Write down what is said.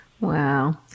Wow